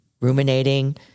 ruminating